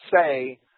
say